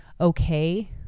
okay